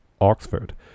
Oxford